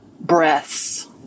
breaths